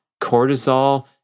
cortisol